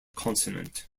consonant